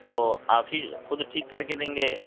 وہ آپ ہی خود ٹھیک کر کے دیں گے